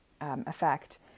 effect